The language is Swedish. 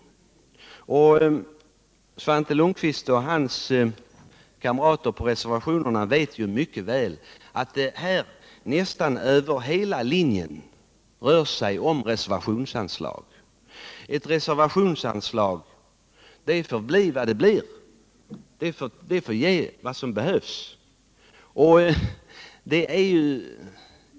Svante Lundkvist och hans kamrater som undertecknat reservationerna vet mycket väl att det över nästan hela linjen rör sig om reservationsanslag. Ett reservationsanslag får emellertid bli vad det blir och det får ge vad som behövs.